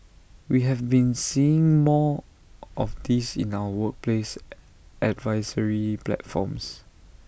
we have been seeing more of this in our workplace advisory platforms